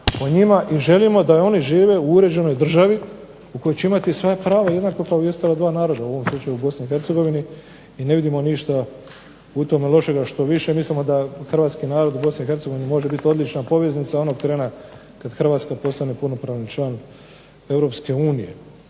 i želimo da oni žive u uređenoj državi u kojoj će imati svoja prava jednako kao i ostala dva naroda u ovom slučaju u Bosni i Hercegovini i ne vidimo ništa u tome lošega. Štoviše, mislimo da hrvatski narod u Bosni i Hercegovini može biti odlična poveznica onog trena kad Hrvatska postane punopravan član